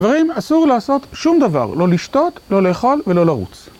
דברים אסור לעשות שום דבר, לא לשתות, לא לאכול, ולא לרוץ.